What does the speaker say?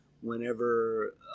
whenever